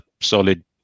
solid